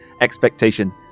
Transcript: expectation